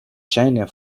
ŝajne